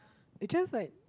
Ikea's like